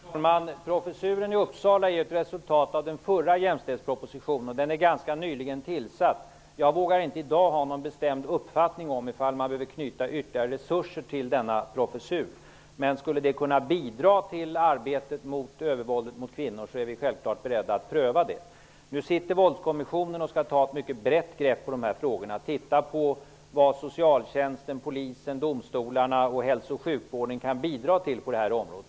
Herr talman! Professuren i Uppsala är ett resultat av den förra jämställdhetspropositionen, och den är ganska nyligen tillsatt. Jag vågar inte i dag ha någon bestämd uppfattning om huruvida det behövs knytas ytterligare resurser till denna professur. Men skulle det kunna bidra till arbetet mot övervåldet mot kvinnor är vi självfallet beredda att pröva frågan. Våldskommissionen skall nu ta ett mycket brett grepp på dessa frågor. Man skall se på vad socialtjänsten, polisen, domstolarna och hälso och sjukvården kan bidra med på detta område.